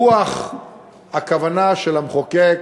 רוח הכוונה של המחוקק,